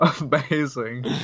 amazing